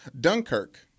Dunkirk